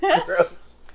Gross